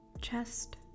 chest